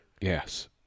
Yes